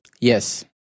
Yes